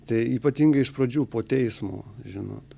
tai ypatingai iš pradžių po teismo žinot